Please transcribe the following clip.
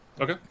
Okay